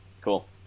Cool